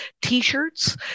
t-shirts